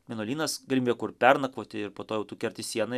vienuolynas galimybė kur pernakvoti ir po to jau tu kerti sieną